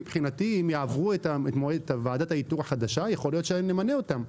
אם יעברו את ועדת האיתור החדשה יכול להיות שנמנה אותם.